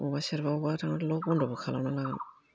अबावबा सेरबा अबावबा थांगोन बन्द'बो खालामनो मानो